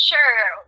Sure